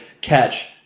catch